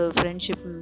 friendship